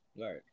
Right